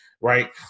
right